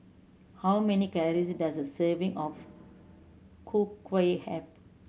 how many calories does a serving of Ku Kueh have